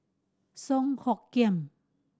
Song Hoot Kiam